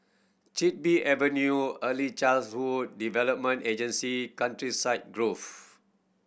Chin Bee Avenue Early child's hood Development Agency Countryside Grove